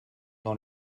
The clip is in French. dans